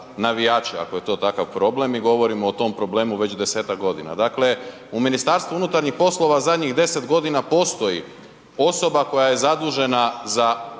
ako je to takav problem? Mi govorimo o tom problemu već 10-tak godina. Dakle, u Ministarstvu unutarnjih poslova zadnjih 10 godina postoji osoba koja je zadužena za